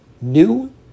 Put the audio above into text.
new